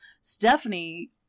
stephanie